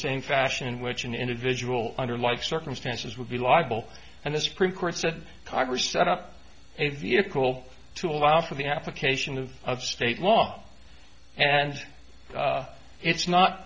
same fashion which an individual under like circumstances would be liable and the supreme court said congress set up a vehicle to allow for the application of of state law and it's not